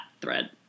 thread